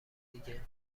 دیگه